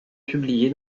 publié